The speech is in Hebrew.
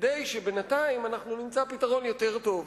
כדי שבינתיים נמצא פתרון יותר טוב.